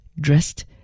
dressed